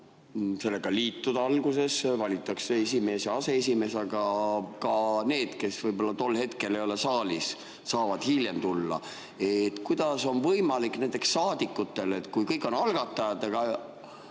sellega liituda alguses, valitakse esimees ja aseesimees. Aga ka need, kes võib-olla tol hetkel ei ole saalis, saavad hiljem [juurde] tulla. Kuidas on võimalik näiteks saadikutel, kui kõik on algatajad, aga